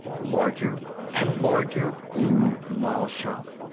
larger and larger grew mal shaff,